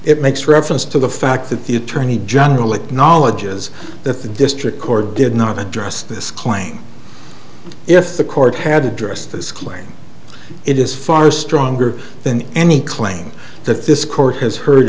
it makes reference to the fact that the attorney general acknowledges that the district court did not address this claim if the court had addressed this claim it is far stronger than any claim that this court has heard